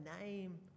name